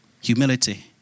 humility